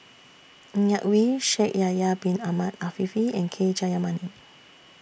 Ng Yak Whee Shaikh Yahya Bin Ahmed Afifi and K Jayamani